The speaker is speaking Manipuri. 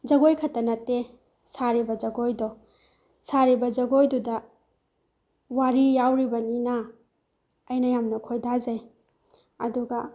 ꯖꯒꯣꯏꯈꯛꯇ ꯅꯠꯇꯦ ꯁꯥꯔꯤꯕ ꯖꯒꯣꯏꯗꯣ ꯁꯥꯔꯤꯕ ꯖꯒꯣꯏꯗꯨꯗ ꯋꯥꯔꯤ ꯌꯥꯎꯔꯤꯕꯅꯤꯅ ꯑꯩꯅ ꯌꯥꯝꯅ ꯈꯣꯏꯗꯥꯖꯩ ꯑꯗꯨꯒ